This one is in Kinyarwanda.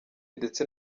ndetse